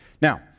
Now